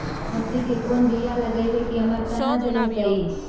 मसुरी के कोन बियाह लगइबै की अमरता न जलमतइ?